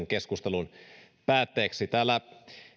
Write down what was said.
keskustelun päätteeksi täällä